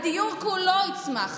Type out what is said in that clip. הדיור כולו יצמח.